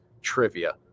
trivia